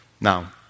Now